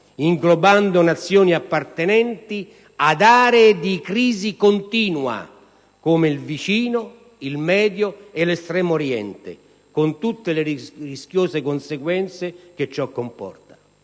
inglobando Nazioni appartenenti ad aree di crisi continua, come il Vicino, il Medio e l'Estremo Oriente, con tutte le rischiose conseguenze che ciò comporta: